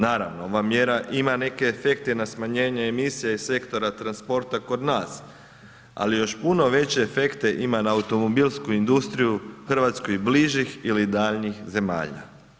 Naravno, ova mjera ima neke efekte i na smanjenje emisija iz sektora transporta kod nas, ali još puno veće efekte ima na automobilsku industriju RH-oj bližih ili daljnjih zemalja.